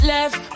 Left